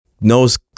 knows